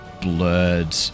blurred